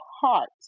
heart